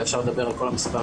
ואפשר לדבר על כל המספרים.